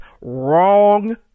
Wrong